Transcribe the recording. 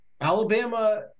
Alabama